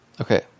Okay